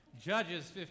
Judges